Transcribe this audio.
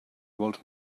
vols